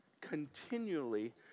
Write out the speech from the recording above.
continually